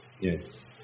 yes